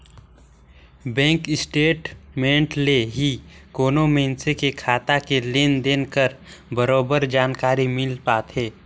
bank statement ले ही कोनो मइनसे के खाता के लेन देन कर बरोबर जानकारी मिल पाथे